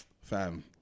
fam